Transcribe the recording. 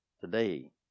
Today